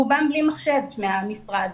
רובם בלי מחשב מהמשרד.